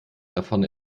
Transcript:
davon